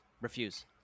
Refuse